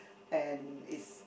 and is